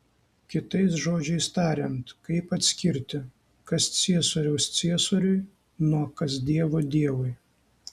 kitais žodžiais tariant kaip atskirti kas ciesoriaus ciesoriui nuo kas dievo dievui